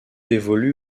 évolue